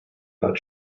about